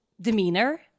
demeanor